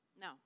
No